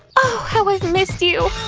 oh, how i've missed you!